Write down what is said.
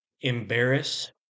embarrass